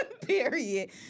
Period